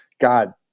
god